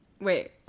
Wait